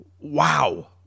wow